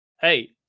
hey